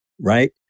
right